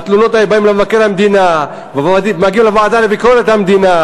התלונות האלה באות למבקר המדינה ומגיעות לוועדה לביקורת המדינה,